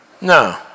No